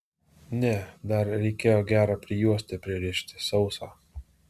ne dar reikėjo gerą prijuostę pririšti sausą